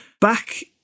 Back